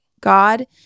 God